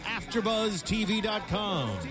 AfterBuzzTV.com